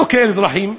לא כאל אזרחים.